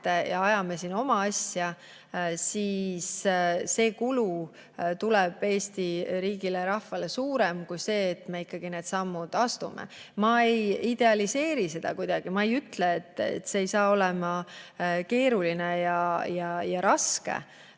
ja ajame siin oma asja – see kulu tuleb Eesti riigile ja rahvale suurem kui see, et me ikkagi need sammud astume. Ma ei idealiseeri seda kuidagi, ma ei ütle, et see ei saa olema keeruline ja raske.